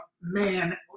man